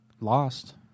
Lost